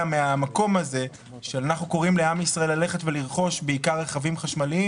מהמקום הזה שאנחנו קוראים לעם ישראל לרכוש בעיקר רכבים חשמליים.